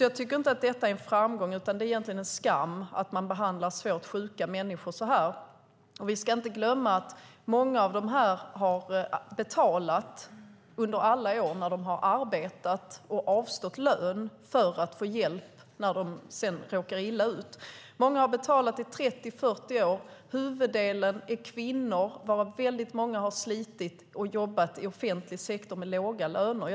Jag tycker inte att det är en framgång utan egentligen en skam att man behandlar svårt sjuka människor på det här sättet. Och vi ska inte glömma att många av dem har betalat under alla år som de har arbetat och har avstått lön för att kunna få hjälp när de sedan råkar illa ut. Många har betalat i 30-40 år. Huvuddelen är kvinnor varav väldigt många har slitit och jobbat i offentlig sektor med låga löner.